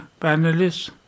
panelists